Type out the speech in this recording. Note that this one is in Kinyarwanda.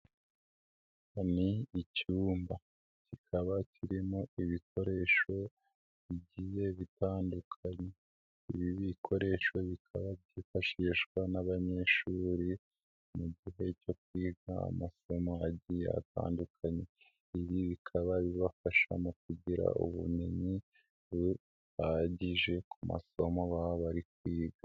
Ni icyumba, kikaba kirimo ibikoresho bigize bitandukanye, ibi bikoresho bikaba byifashishwa n'abanyeshuri mu gihe cyo kwiga amasomo agiye atandukanye, ibi bikaba bibafasha mu kugira ubumenyi buhagije, ku masomo baba bari kwiga.